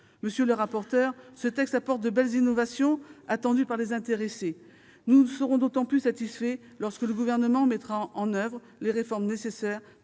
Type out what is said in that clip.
Monsieur le rapporteur, ce texte apporte de belles innovations, attendues par les intéressés. Nous serons d'autant plus satisfaits lorsque le Gouvernement mettra en oeuvre les réformes nécessaires